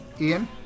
Ian